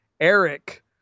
Eric